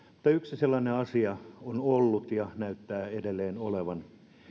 mutta yksi sellainen asia on ollut ja näyttää edelleen olevan